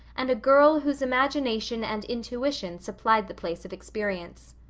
and a girl whose imagination and intuition supplied the place of experience.